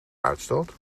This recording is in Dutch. uitstoot